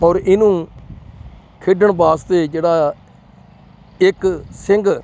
ਔਰ ਇਹਨੂੰ ਖੇਡਣ ਵਾਸਤੇ ਜਿਹੜਾ ਇੱਕ ਸਿੰਘ